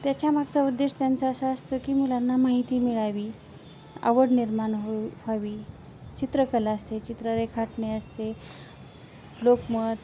त्याच्यामागचा उद्देश त्यांचा असा असतं की मुलांना माहिती मिळावी आवड निर्माण हो व्हावी चित्रकला असते चित्र रेखाटणे असते लोकमत